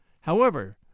However